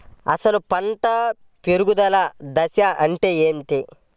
అసలు పంట పెరుగుదల దశ అంటే ఏమిటి?